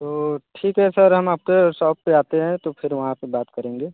तो ठीक है सर हम आपके शॉप पर आते हैं तो फिर वहाँ पर बात करेंगे